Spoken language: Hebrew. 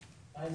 << אורח >>